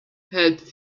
helped